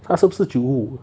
他是不是 jiu hu